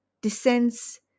descends